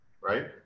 right